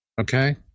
Okay